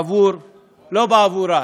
לא בעבורה,